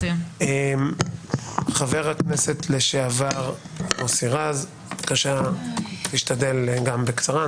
חבר הכנסת לשעבר מוסי רז, בקצרה, תשתדל בבקשה.